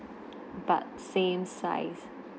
but same size